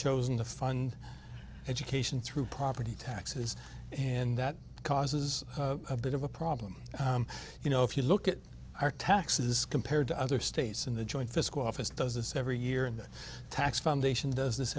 chosen to fund education through property taxes and that causes a bit of a problem you know if you look at our taxes compared to other states in the joint physical office does this every year in the tax foundation does this